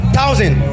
Thousand